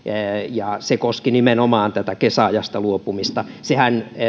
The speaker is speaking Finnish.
ja se koski nimenomaan tätä kesäajasta luopumista sehän